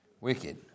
Wicked